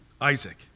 Isaac